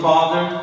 Father